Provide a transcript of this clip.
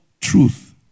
Truth